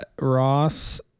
Ross